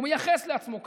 הוא מייחס לעצמו כאלה,